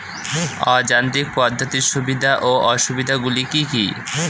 অযান্ত্রিক পদ্ধতির সুবিধা ও অসুবিধা গুলি কি কি?